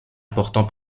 important